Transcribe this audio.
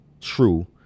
true